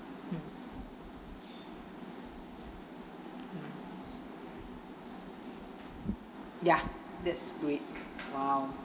mm mm ya that's great !wow!